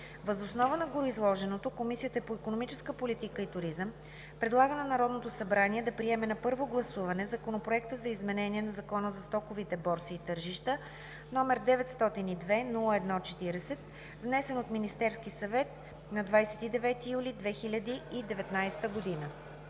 Въз основа на гореизложеното Комисията по икономическа политика и туризъм предлага на Народното събрание да приеме на първо гласуване Законопроект за изменение на Закона за стоковите борси и тържищата, № 902-01-40, внесен от Министерския съвет на 29 юли 2019 г.“